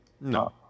No